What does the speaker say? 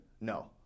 No